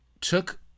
took